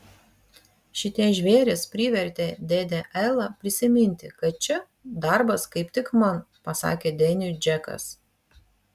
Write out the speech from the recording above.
šitie žvėrys privertė dėdę elą prisiminti kad čia darbas kaip tik man pasakė deniui džekas